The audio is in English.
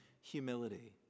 humility